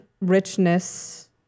richness